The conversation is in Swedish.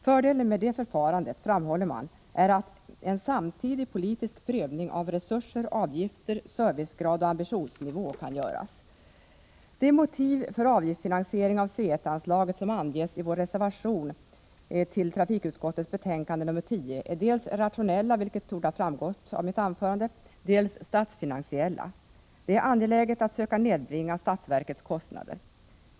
Fördelen med detta förfarande, framhåller man, är att en samtidig politisk prövning av resurser, avgifter, servicegrad och ambitionsnivå kan göras. De motiv för avgiftsfinansiering av C1-anslaget som anges i den moderata reservationen till trafikutskottets betänkande 10 är dels rationella, vilket torde ha framgått av mitt anförande, dels statsfinansiella. Det är angeläget att söka nedbringa statsverkets kostnader.